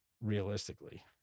realistically